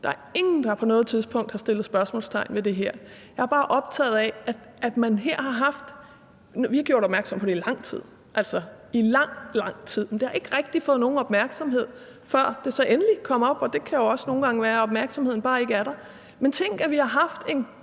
Der er ingen, der på noget tidspunkt har sat spørgsmålstegn ved det her. Vi har gjort opmærksom på det i lang tid – i lang, lang tid – men det har ikke rigtig fået nogen opmærksomhed, før det så endelig kom op, og det kan jo også nogle gange være, at opmærksomheden bare ikke er der. Tænk, at vi har haft en